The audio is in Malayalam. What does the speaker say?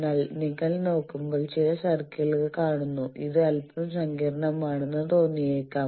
എന്നാൽ നിങ്ങൾ നോക്കുമ്പോൾ ചില സർക്കിളുകൾ കാണുന്നു ഇത് അൽപ്പം സങ്കീർണ്ണമാണെന്ന് തോന്നിയേക്കാം